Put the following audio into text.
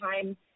time